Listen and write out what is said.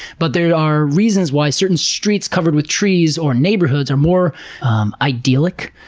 but there are reasons why certain streets covered with trees or neighborhoods are more idyllic.